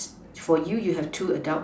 for you you have two adult